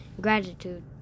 Gratitude